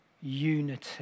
unity